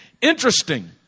Interesting